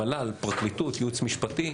המל"ל, פרקליטות, ייעוץ משפטי,